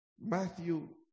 Matthew